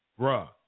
Bruh